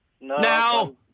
Now